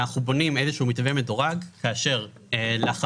אנחנו בונים איזשהו מתווה מדורג כאשר לחמש